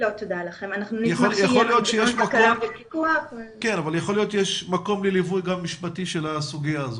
יכול להיות שיש מקום לליווי משפטי של הסוגיה הזו.